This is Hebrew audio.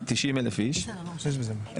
90,000 איש,